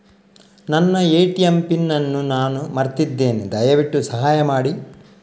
ನನ್ನ ATM PIN ಅನ್ನು ನಾನು ಮರ್ತಿದ್ಧೇನೆ, ದಯವಿಟ್ಟು ಸಹಾಯ ಮಾಡಿ